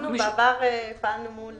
אנחנו בעבר פעלנו מול